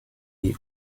die